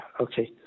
Okay